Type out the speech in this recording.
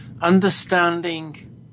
understanding